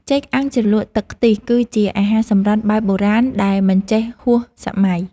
ចេកអាំងជ្រលក់ទឹកខ្ទិះ គឺជាអាហារសម្រន់បែបបុរាណដែលមិនចេះហួសសម័យ។